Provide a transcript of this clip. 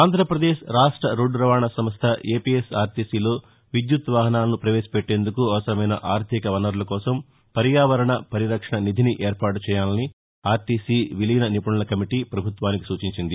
ఆంధ్రాప్రదేశ్ రాష్ట్ర రోడ్డు రవాణా సంస్ల ఏపీఎస్ఆర్టీసీలో విద్యుత్తు వాహనాలను ప్రవేశపెట్టేందుకు అవసరమైన ఆర్గిక వనరుల కోసం పర్యావరణ పరిరక్షణ నిధిని ఏర్పాటు చేయాలని ఆర్గీసీ విలీన నిపుణుల కమిటీ ప్రభుత్వానికి సూచించింది